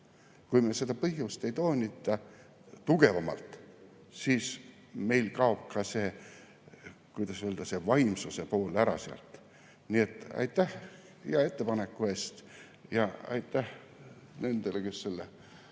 Kui me seda põhjust ei toonita tugevamalt, siis meil kaob ka see, kuidas öelda, vaimsuse pool sealt ära. Nii et aitäh hea ettepaneku eest! Ja aitäh nendele, kes selle